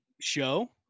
show